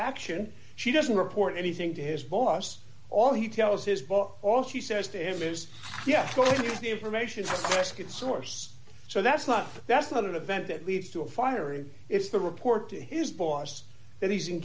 action she doesn't report anything to his boss all he tells his boss all she says to him is yes go to the information that's good source so that's not that's not an event that leads to a firing it's the report to his boss that he's